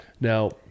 Now